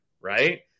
right